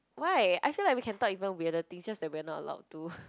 why I feel like we can talk even weirder things just that we are not allowed to